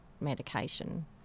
medication